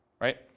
right